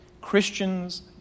Christians